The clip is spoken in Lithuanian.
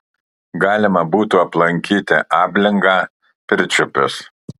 galima būtų aplankyti ablingą pirčiupius